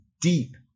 deep